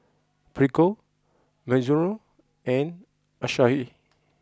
Prego Mizuno and Asahi